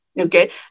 Okay